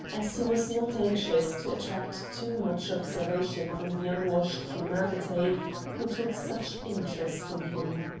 as he was not anxious to attract too much observation from the unwashed humanity who took such interest in him.